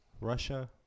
russia